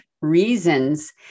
reasons